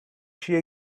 she